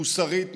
מוסרית,